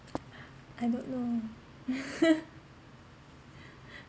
I don't know